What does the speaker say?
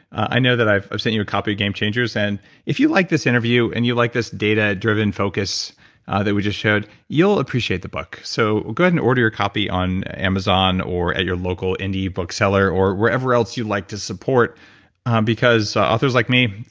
i know that i've i've sent you a copy of game changers, and if you like this interview and you like this data-driven focus that we just showed, you'll appreciate the book, so go ahead and order your copy on amazon, or at your local indie book seller or wherever else you'd like to support because authors like me.